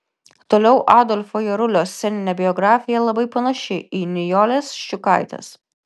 toliau adolfo jarulio sceninė biografija labai panaši į nijolės ščiukaitės